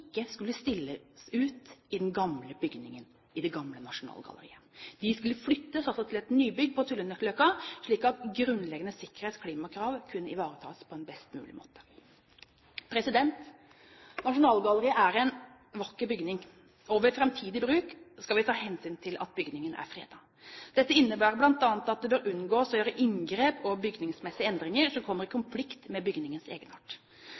den gamle bygningen, i det gamle Nasjonalgalleriet. De skulle flyttes til et nybygg på Tullinløkka, slik at grunnleggende sikkerhets- og klimakrav kunne ivaretas på en best mulig måte. Nasjonalgalleriet er en vakker bygning, og ved framtidig bruk skal vi ta hensyn til at bygningen er fredet. Dette innebærer bl.a. at det bør unngås å gjøre inngrep og bygningsmessige endringer som kommer i konflikt med bygningens egenart.